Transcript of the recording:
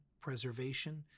preservation